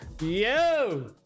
Yo